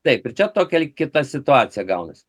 taip ir čia tokia lyg kita situacija gaunasi